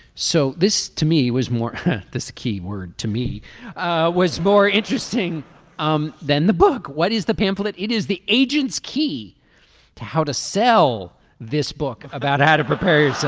so this to me was more this key word to me was more interesting um than the book what is the pamphlet. it is the agent's key to how to sell this book about how to prepare so